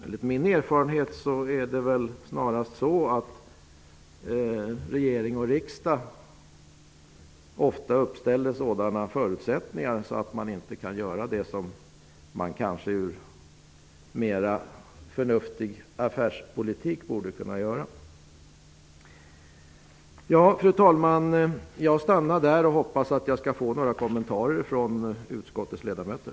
Enligt min erfarenhet är det snarast så att regering och riksdag uppställer sådana förutsättningar att Redareföreningen inte kan göra det som den, kanske med en mera förnuftig affärspolitik, borde kunna göra. Fru talman! Jag stannar där, och jag hoppas att jag får några kommentarer från utskottets ledamöter.